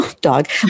dog